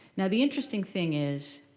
now the interesting thing is,